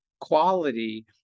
quality